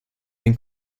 den